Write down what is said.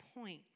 point